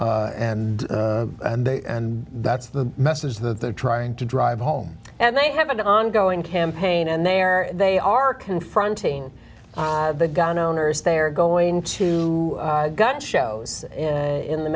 and they and that's the message that they're trying to drive home and they have an ongoing campaign and they are they are confronting the gun owners they are going to gun shows in the